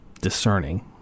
discerning